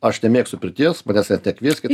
aš nemėgstu pirties manęs net nekvieskit